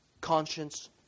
conscience